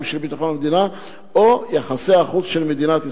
של ביטחון המדינה או יחסי החוץ של מדינת ישראל.